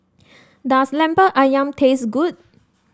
does Lemper ayam taste good